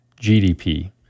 GDP